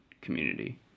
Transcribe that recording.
community